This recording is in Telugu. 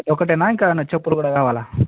ఒకటేనా ఇంకేమన్నా చెప్పులు కూడా కావాలా